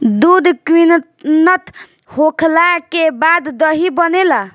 दूध किण्वित होखला के बाद दही बनेला